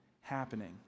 happening